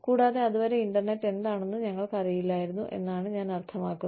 കൂടാതെ അതുവരെ ഇന്റർനെറ്റ് എന്താണെന്ന് ഞങ്ങൾക്ക് അറിയില്ലായിരുന്നു എന്നാണ് ഞാൻ അർത്ഥമാക്കുന്നത്